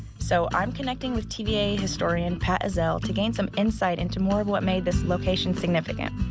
so, i'm connecting with tva historian pat ezzell to gain some insight into more of what made this location significant.